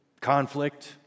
conflict